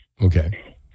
Okay